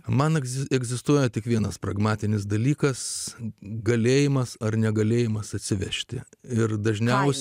man egzistuoja tik vienas pragmatinis dalykas galėjimas ar negalėjimas atsivežti ir dažniausiai